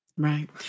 Right